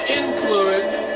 influence